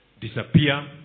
Disappear